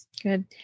Good